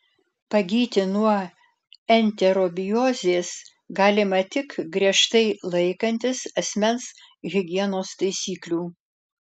pagyti nuo enterobiozės galima tik griežtai laikantis asmens higienos taisyklių